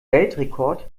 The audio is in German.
weltrekord